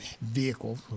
vehicle